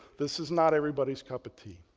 this is not everybody's cup of tea.